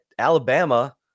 Alabama